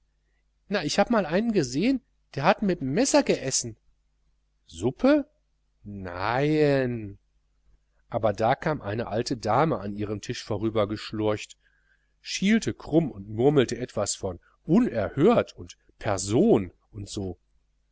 na ich hab mal einen gesehen der hat mitm messer geessen suppe neieinn aber da kam eine alte dame an ihrem tisch vorübergeschlurcht schielte krumm und murmelte etwas von unerhört und person und so